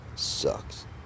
Sucks